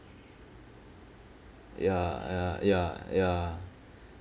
ya ya ya ya